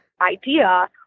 idea